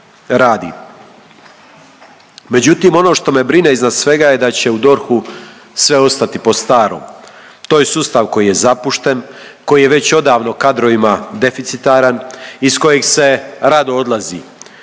Međutim ono što me brine iznad svega je da će u DORH-u sve ostati po starom. To je sustav koji je zapušten, koji je već odavno u kadrovima deficitaran, iz kojeg se rado odlazi,